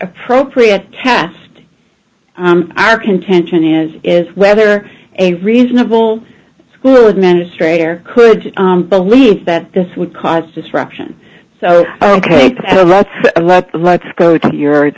appropriate test our contention is is whether a reasonable school administrator could believe that this would cause disruption so ok so let's let's let's go to